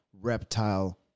Reptile